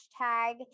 hashtag